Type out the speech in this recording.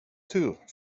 tur